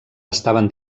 estaven